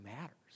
matters